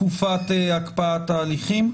תקופת הקפאת ההליכים.